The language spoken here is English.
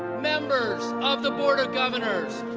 members of the board of governors,